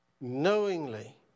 knowingly